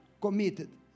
committed